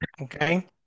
Okay